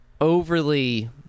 overly